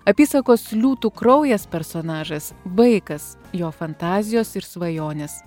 apysakos liūtų kraujas personažas vaikas jo fantazijos ir svajonės